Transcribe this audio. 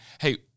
hey